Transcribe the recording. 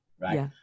right